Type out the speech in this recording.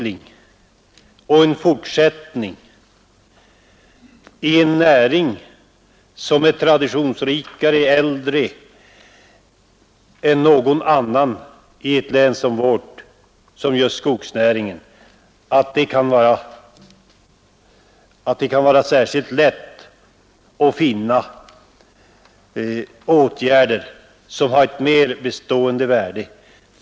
Inom skogsnäringen, som är traditionsrikare och äldre än någon annan näring i ett län som vårt, kan det inte vara särskilt lätt att finna åtgärder som har ett mer bestående värde.